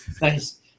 Nice